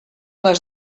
les